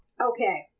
Okay